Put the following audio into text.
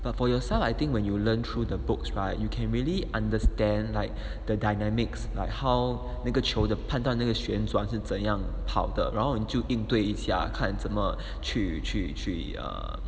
but for yourself I think when you learn through the books right you can really understand like the dynamics like how 那个球的判断那个旋转是怎样跑的然后你就应对一切看怎么去去去 err